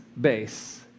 base